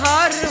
Har